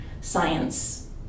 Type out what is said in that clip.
science